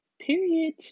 period